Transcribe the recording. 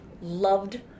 loved